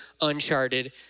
uncharted